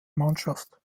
mannschaft